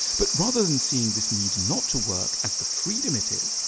but rather than seeing this need not to work as the freedom it is,